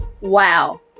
Wow